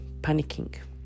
panicking